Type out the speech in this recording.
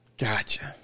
Gotcha